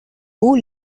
who